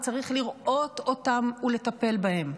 וצריך לראות אותן ולטפל בהן.